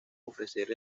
ofrecer